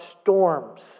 storms